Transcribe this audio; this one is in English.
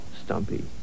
Stumpy